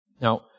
Now